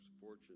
fortune